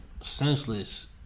senseless